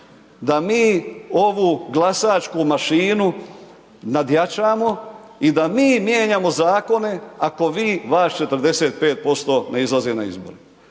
da mi ovu glasačku mašinu nadjačamo i da mi mijenjamo zakone, ako vi, vas 45% ne izlazi na izbore.